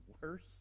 Worse